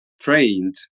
trained